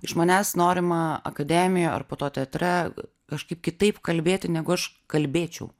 iš manęs norima akademijoj ar po to teatre kažkaip kitaip kalbėti negu aš kalbėčiau